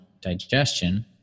digestion